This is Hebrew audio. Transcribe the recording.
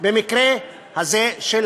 במקרה הזה של